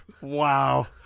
Wow